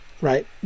right